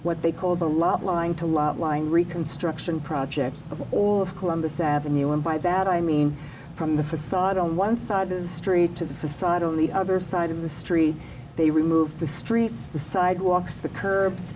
what they called a lot lying to a lot line reconstruction projects of all of columbus avenue and by that i mean from the facade on one side as street to the facade only other side of the street they removed the streets the sidewalks the cur